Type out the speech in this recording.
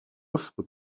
offre